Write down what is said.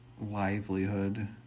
livelihood